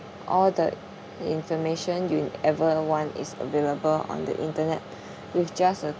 all the information you'll ever want is available on the internet with just a